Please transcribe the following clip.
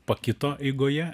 pakito eigoje